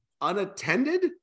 unattended